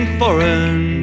foreign